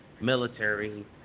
military